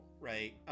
right